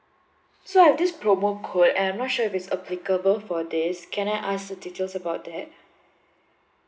so I have this promo code I'm not sure if it's applicable for this can I ask the details about that